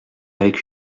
avec